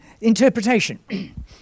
interpretation